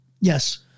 Yes